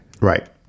Right